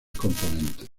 componentes